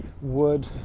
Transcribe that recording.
wood